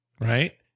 Right